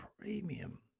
premium